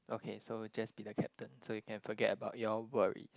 okay so just be the captain so you can forget about your worry